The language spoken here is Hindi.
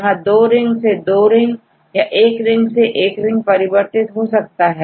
यहां2 रिंग से2 या1 रिंग से1 परिवर्तित हो सकता है